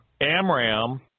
Amram